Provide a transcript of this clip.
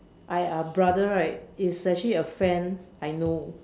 I uh brother right is actually a friend I know